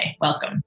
Welcome